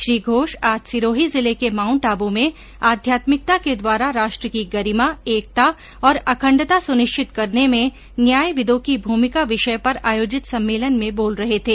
श्री घोष आज सिरोही जिले के माउण्ट आबू में आध्यात्मिकता के द्वारा राष्ट्र की गरिमा एकता और अखण्डता सुनिश्चित करने में न्याय विदों की भूमिका विषय पर आयोजित सम्मेलन में बोल रहे थे